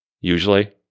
Usually